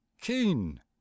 keen